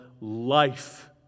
life